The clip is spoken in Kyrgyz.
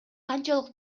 канчалык